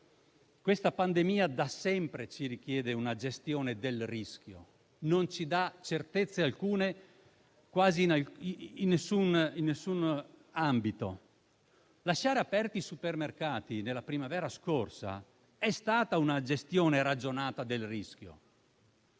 Questa pandemia da sempre ci richiede una gestione del rischio, non ci dà certezza alcuna quasi in nessun ambito. Lasciare aperti i supermercati nella primavera scorsa è stata una gestione ragionata del rischio;